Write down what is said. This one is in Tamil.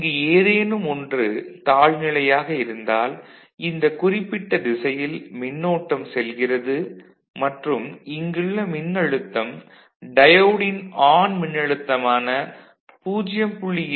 இங்கு ஏதேனும் ஒன்று தாழ்நிலையாக இருந்தால் இந்த குறிப்பிட்ட திசையில் மின்னோட்டம் செல்கிறது மற்றும் இங்குள்ள மின்னழுத்தம் டயோடின் ஆன் மின்னழுத்தமான 0